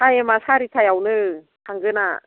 टाइमआ सारिथायावनो थांगोना